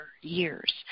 years